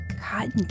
cotton